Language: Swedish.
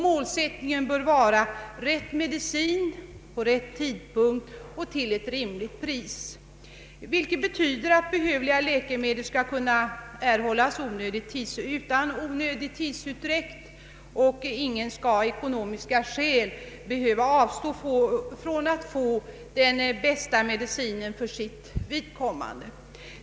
Målsättningen bör vara rätt medicin vid rätt tidpunkt och till ett rimligt pris. Det betyder att behövliga läkemedel skall kunna erhållas utan onödig tidsutdräkt, och att ingen av ekonomiska skäl skall behöva avstå från att få den bästa medicinen för sitt vidkommande.